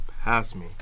pass-me